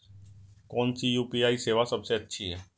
कौन सी यू.पी.आई सेवा सबसे अच्छी है?